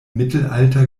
mittelalter